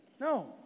No